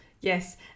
Yes